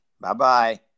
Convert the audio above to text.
Bye-bye